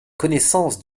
connaissance